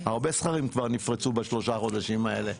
הרבה סכרים כבר נפרצו בשלושה חודשים האלה.